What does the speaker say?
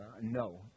No